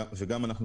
ובנוסף,